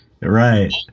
Right